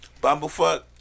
Bumblefuck